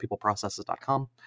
peopleprocesses.com